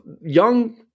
young